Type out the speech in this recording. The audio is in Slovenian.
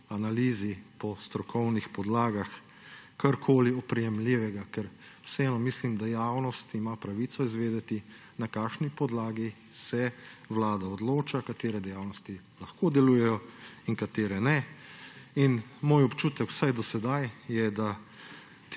analizi, po strokovnih podlagah, karkoli oprijemljivega, ker vseeno mislim, da javnost ima pravico izvedeti, na kakšni podlagi se vlada odloča, katere dejavnosti lahko delujejo in katere ne. Moj občutek vsaj do sedaj je, da